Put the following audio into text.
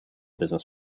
business